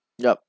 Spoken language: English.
yup